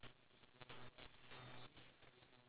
motto do I live by